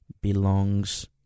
belongs